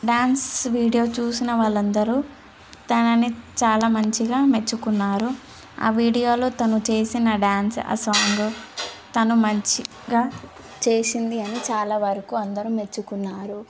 dance video చూసిన వాళ్ళందరూ తనని చాలా మంచిగా మెచ్చుకున్నారు ఆ వీడియోలో తను చేసిన డ్యాన్స్ ఆ సాంగ్ తను మంచిగా చేసింది అని చాలా వరకు అందరు మెచ్చుకున్నారు